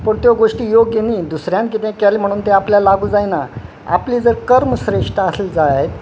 पूण त्यो गोश्टी योग्य न्ही दुसऱ्यान कितें केलें म्हणून तें आपल्या लागू जायना आपली जर कर्म श्रेश्ठ आसली जायत